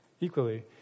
equally